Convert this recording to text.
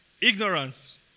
ignorance